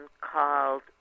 called